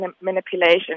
manipulation